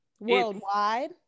Worldwide